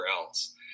else